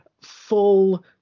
full